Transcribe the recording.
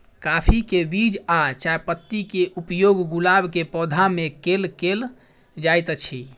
काफी केँ बीज आ चायपत्ती केँ उपयोग गुलाब केँ पौधा मे केल केल जाइत अछि?